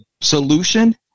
solution